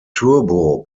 turbo